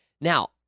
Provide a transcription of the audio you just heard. Now